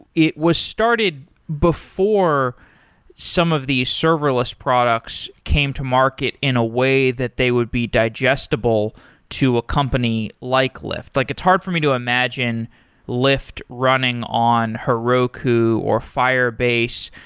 it was started before some of these serverless products came to market in a way that they would be digestible to a company like lyft. like it's hard for me to imagine lyft running on heroku or firebase.